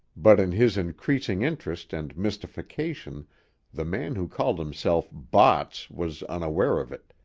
but in his increasing interest and mystification the man who called himself botts was unaware of it.